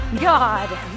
god